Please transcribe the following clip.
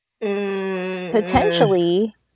Potentially